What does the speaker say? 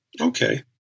Okay